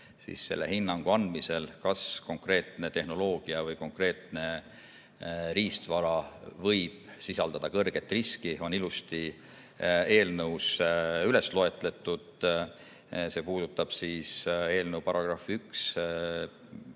selle hinnangu andmisel, kas konkreetne tehnoloogia või konkreetne riistvara võib sisaldada kõrget riski, on ilusti eelnõus üles loetud. See puudutab eelnõu § 1